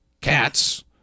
cats